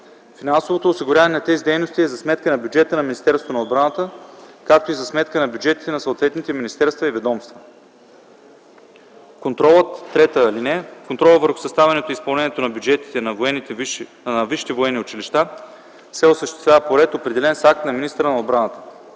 Финансовото осигуряване на тези дейности е за сметка на бюджета на Министерството на отбраната, както и за сметка на бюджетите на съответните министерства и ведомства. (3) Контролът върху съставянето и изпълнението на бюджетите на висшите военни училища се осъществява по ред, определен с акт на министъра на отбраната.”